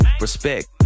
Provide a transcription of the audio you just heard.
Respect